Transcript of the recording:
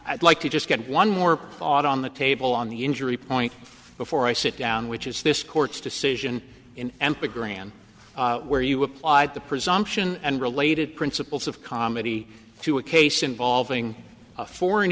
i'd like to just get one more caught on the table on the injury point before i sit down which is this court's decision in amp agree on where you applied the presumption and related principles of comedy to a case involving a foreign